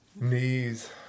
knees